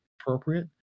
appropriate